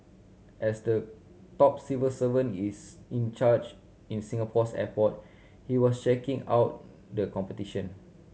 as the top civil servant is in charge in Singapore's airport he was checking out the competition